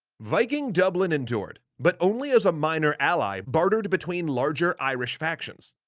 viking dublin endured but only as a minor ally, bartered between larger irish factions.